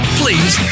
please